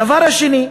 הדבר השני,